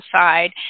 side